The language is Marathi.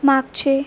मागचे